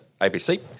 ABC